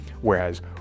Whereas